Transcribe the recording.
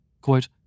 Quote